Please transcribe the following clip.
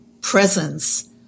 presence